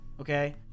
Okay